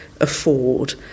afford